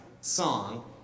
song